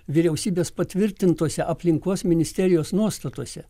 vyriausybės patvirtintose aplinkos ministerijos nuostatuose